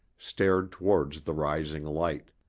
stared towards the rising light.